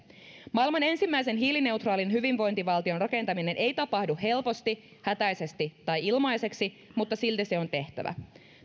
maailman ensimmäisen hiilineutraalin hyvinvointivaltion rakentaminen ei tapahdu helposti hätäisesti tai ilmaiseksi mutta silti se on tehtävä